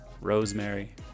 Rosemary